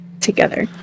together